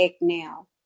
now